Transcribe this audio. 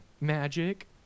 Magic